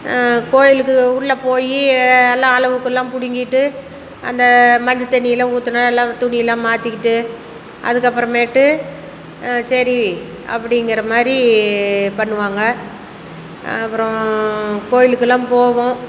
கோயிலுக்கு உள்ளே போய் எல்லாம் அலகுக்குலாம் பிடிங்கிட்டு அந்த மஞ்ச தண்ணி எல்லாம் ஊற்றுனா எல்லாம் துணி எல்லாம் மாற்றிக்கிட்டு அதுக்கப்புறமேட்டு சரி அப்படிங்கிறமாரி பண்ணுவாங்க அப்புறம் கோயிலுக்கு எல்லாம் போவோம்